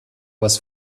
was